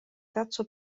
terzo